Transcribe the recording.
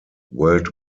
world